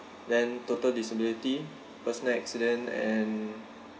then total disability personal accident and